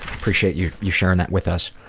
appreciate you you sharing that with us.